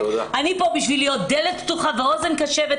אני כאן כדי להיות דלת פתוחה ואוזן קשובה